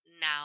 Now